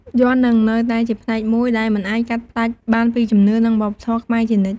យ័ន្តនឹងនៅតែជាផ្នែកមួយដែលមិនអាចកាត់ផ្ដាច់បានពីជំនឿ និងវប្បធម៌ខ្មែរជានិច្ច។